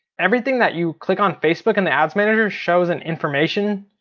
everything that you click on facebook in the ads manager shows an information.